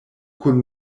kun